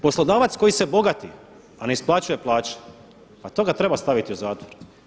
Poslodavac koji se bogati, a ne isplaćuje plaće, pa toga treba staviti u zatvor.